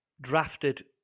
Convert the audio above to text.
drafted